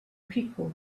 people